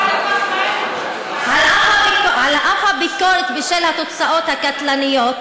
על אף הביקורת בשל התוצאות הקטלניות,